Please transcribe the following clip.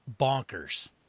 bonkers